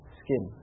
skin